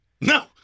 No